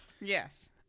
Yes